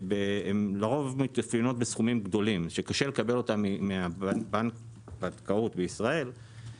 שלרוב מתאפיינות בסכומים גדולים שקשה לקבל אותן מהבנקאות בישראל,